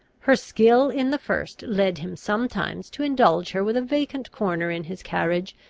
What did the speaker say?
her skill in the first led him sometimes to indulge her with a vacant corner in his carriage,